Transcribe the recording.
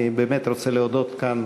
אני באמת רוצה להודות כאן